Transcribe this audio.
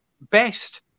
Best